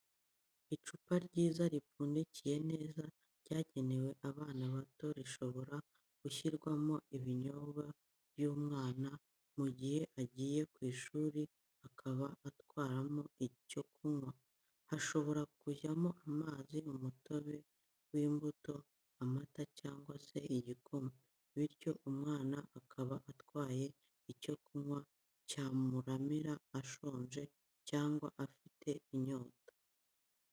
Icupa ryiza ripfundikiye neza ryagenewe abana bato rishobora gushyirwamo ibinyobwa by'umwana mu gihe agiye ku ishuri, akaba yatwaramo icyo kunywa. Hashobora kujyamo amazi, umutobe w'imbuto, amata cyangwa se igikoma, bityo umwana akaba atwaye icyo kunywa cyamuramira ashonje cyangwa afite inyota.